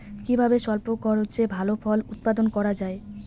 কিভাবে স্বল্প খরচে ভালো ফল উৎপাদন করা যায়?